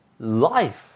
Life